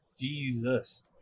Jesus